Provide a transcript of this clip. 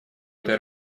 этой